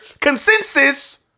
consensus